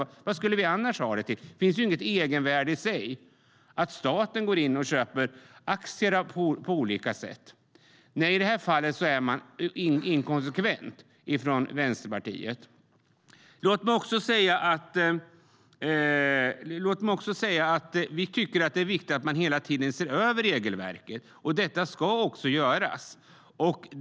Vad skulle vi annars ha dem till? Det finns inget egenvärde i att staten går in och köper aktier. I det fallet är Vänsterpartiet inkonsekvent. Vi tycker att det är viktigt att man hela tiden ser över regelverket. Det ska man också göra.